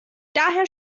daher